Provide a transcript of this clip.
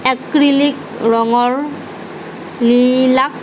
acrylic ৰঙৰ lilac